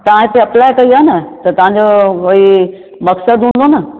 तव्हां हिते अप्लाई कई आहे न त तव्हां जो वई मक़्सदु हूंदो न